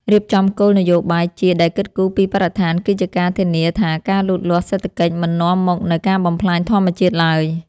រៀបចំគោលនយោបាយជាតិដែលគិតគូរពីបរិស្ថានគឺជាការធានាថាការលូតលាស់សេដ្ឋកិច្ចមិននាំមកនូវការបំផ្លាញធម្មជាតិឡើយ។